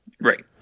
Right